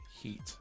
heat